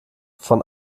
von